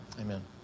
Amen